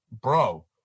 bro